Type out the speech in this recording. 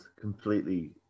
completely